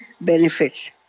benefits